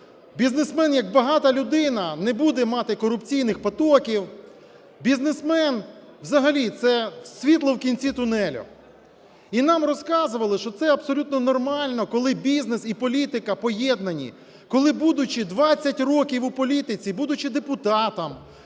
Бізнесмен як багата людина не буде мати корупційних потоків. Бізнесмен, взагалі, – це світло в кінці тунелю. І нам розказували, що це абсолютно нормально, коли бізнес і політика поєднанні. Коли будучи 20 років у політиці, будучи депутатом,